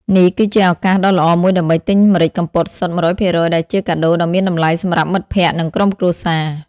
នេះគឺជាឱកាសដ៏ល្អមួយដើម្បីទិញម្រេចកំពតសុទ្ធ ១០០% ដែលជាកាដូដ៏មានតម្លៃសម្រាប់មិត្តភក្តិ និងក្រុមគ្រួសារ ។